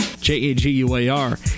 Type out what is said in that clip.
J-A-G-U-A-R